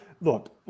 look